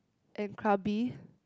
and Krabi